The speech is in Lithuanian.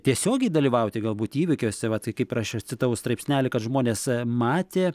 tiesiogiai dalyvauti galbūt įvykiuose vat kaip ir aš citavau straipsnelį kad žmonės matė